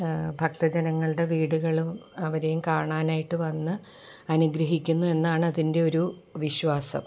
ഭക്തജനങ്ങളുടെ വീടുകളും അവരേയും കാണാനായിട്ട് വന്ന് അനുഗ്രഹിക്കുന്നു എന്നാണ് അതിൻ്റെ ഒരു വിശ്വാസം